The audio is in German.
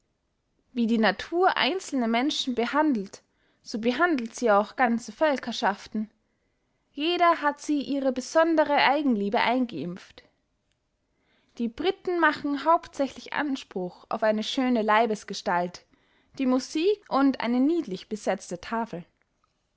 wie die natur einzelne menschen behandelt so behandelt sie auch ganze völkerschaften jeder hat sie ihre besondere eigenliebe eingeimpft die britten machen hauptsächlich anspruch auf eine schöne leibesgestalt die musik und eine niedlich besetzte tafel